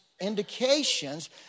indications